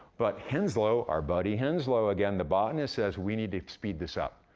but henslow, our buddy henslow again, the botanist says, we need to speed this up,